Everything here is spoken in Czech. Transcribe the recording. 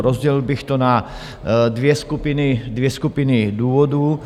Rozdělil bych to na dvě skupiny, dvě skupiny důvodů.